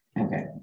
Okay